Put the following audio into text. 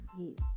yes